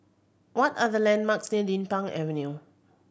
what are the landmarks Din Pang Avenue